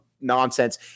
nonsense